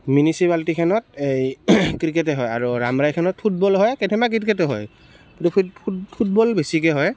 মিনিচিপালটিখনত এই ক্ৰিকেট হয় আৰু ৰাম ৰায়খনত ফুটবল হয় কেথেনবা ক্ৰিকেটো হয় ফুটবল বেছিকৈ হয়